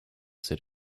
set